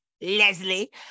Leslie